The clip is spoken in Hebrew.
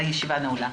הישיבה נעולה.